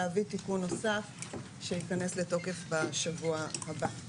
להביא תיקון נוסף שייכנס לתוקף בשבוע הבא.